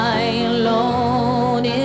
alone